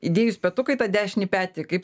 įdėjus petuką į tą dešinį petį kaip